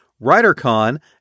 WriterCon